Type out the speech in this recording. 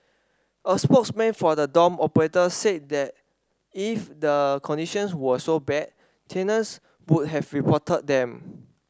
a spokesman for the dorm operator said that if the conditions were so bad tenants would have reported them